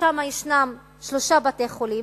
שיש בה שלושה בתי-חולים,